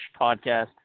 podcast